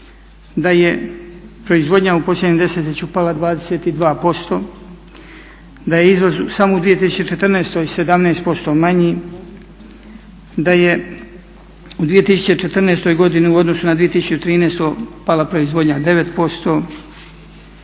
da je proizvodnja u posljednjem desetljeću pala 22%, da je izvoz samo u 2014. 17% manji, da je u 2014.godini u odnosu na 2013.pala proizvodnja 9%